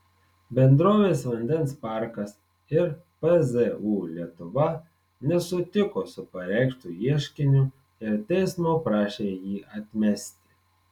bendrovės vandens parkas ir pzu lietuva nesutiko su pareikštu ieškiniu ir teismo prašė jį atmesti